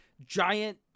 giant